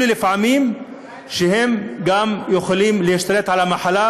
לפעמים הם אפילו יכולים להשתלט על המחלה,